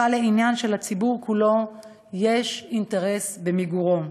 הפכה לעניין שלציבור כולו יש אינטרס במיגורו.